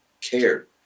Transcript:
cared